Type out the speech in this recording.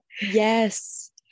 Yes